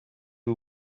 who